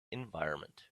environment